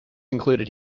included